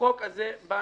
החוק הזאת באה